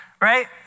right